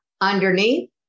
Underneath